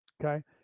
Okay